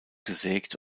gesägt